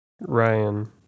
Ryan